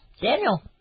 Daniel